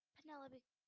Penelope